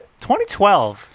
2012